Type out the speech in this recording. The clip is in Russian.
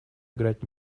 играть